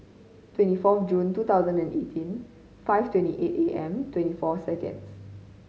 twenty four June two thousand and eighteen five twenty eight A M twenty four seconds